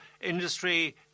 industry